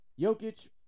Jokic